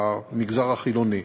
במגזר החילוני.